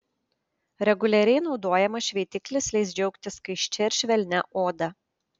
reguliariai naudojamas šveitiklis leis džiaugtis skaisčia ir švelnia oda